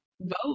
vote